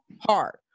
hard